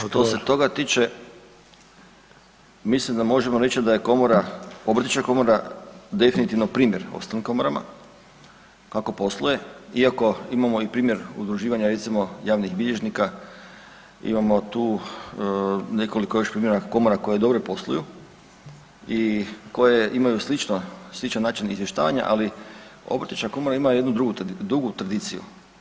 Što se toga tiče mislim da možemo reći da je komora, obrtnička komora definitivno primjer ostalim komorama kako posluje iako imamo i primjer udruživanja recimo javnih bilježnika, imamo tu nekoliko još primjera komora koje dobro posluju i koje imaju slično, sličan način izvještavanja, ali obrtnička komora ima jednu dugu tradiciju.